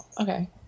okay